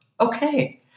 Okay